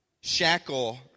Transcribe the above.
shackle